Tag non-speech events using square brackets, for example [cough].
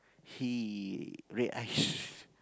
he red eyes [breath]